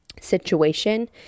situation